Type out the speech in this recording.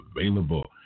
available